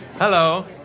Hello